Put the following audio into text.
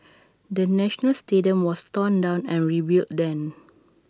the national stadium was torn down and rebuilt then